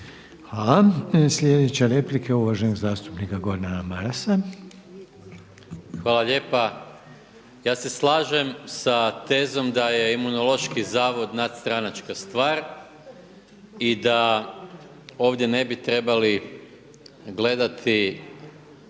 Hvala. Sljedeća replika je uvaženog zastupnika Gordana Marasa. **Maras, Gordan (SDP)** Hvala lijepa. Ja se slažem sa tezom da je Imunološki zavod nadstranačka stvar i da ovdje ne bi trebali gledati